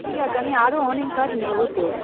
ঠিক আছে আমি আরও অনেক গাছ নেব তো